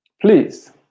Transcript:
please